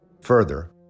Further